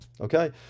okay